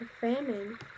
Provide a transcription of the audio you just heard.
famine